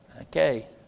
Okay